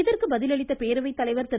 இதற்கு பதிலளித்த பேரவை தலைவர் திரு